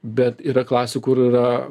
bet yra klasių kur yra